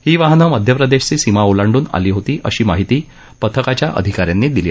ही वाहनं मध्यप्रदेशची सीमा ओलांडून आली होती अशी माहिती पथकाच्या अधिकाऱ्यांनी दिली